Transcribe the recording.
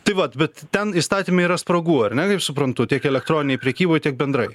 tai vat bet ten įstatyme yra spragų ar ne kaip suprantu tiek elektroninėj prekyboj tiek bendrai